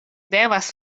devas